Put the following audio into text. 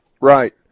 Right